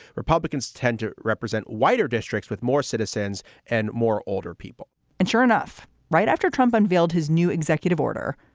republicans tend to represent whiter districts with more citizens and more older people and sure enough, right after trump unveiled his new executive order,